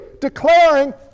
declaring